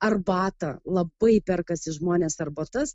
arbatą labai perkasi žmonės arbatas